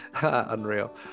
Unreal